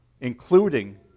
including